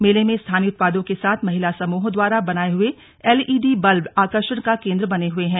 मेले में स्थानीय उत्पादों के साथ महिला समूहों द्वारा बनाए हए एल ई डी बल्ब आकर्षण का केंद्र बने हुए हैं